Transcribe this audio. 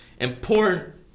important